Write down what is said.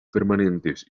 permanentes